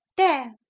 there!